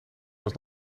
was